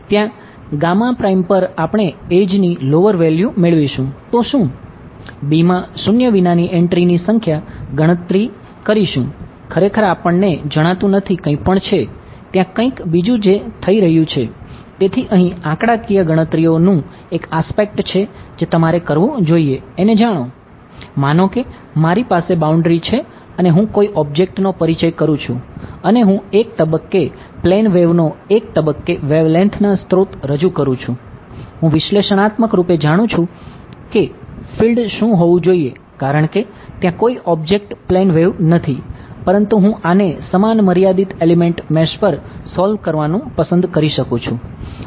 ત્યાં પર આપણે એડ્જની લોવર શું હોવું જોઈએ કારણ કે ત્યાં કોઈ ઓબ્જેક્ટ પ્લેન વેવ નથી પરંતુ હું આને સમાન મર્યાદિત એલિમેન્ટ મેશ પર સોલ્વ કરવાનું પસંદ કરી શકું છું